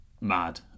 mad